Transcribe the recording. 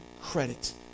credit